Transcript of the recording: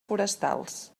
forestals